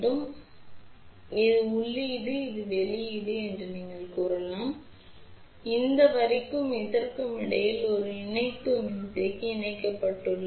எனவே இது உள்ளீடு இது வெளியீடு என்று நீங்கள் கூறலாம் இந்த வரிக்கும் இதற்கும் இடையில் ஒரு இணைப்பு மின்தேக்கி இணைக்கப்பட்டுள்ளது